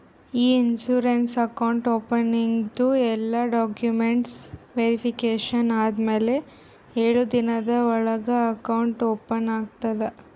E insurance account ಓಪನಿಂಗ್ದು ಎಲ್ಲಾ documents verification ಆದಮ್ಯಾಲ ಎಳು ದಿನದ ಒಳಗ ಅಕೌಂಟ್ ಓಪನ್ ಆಗ್ತದ